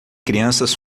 crianças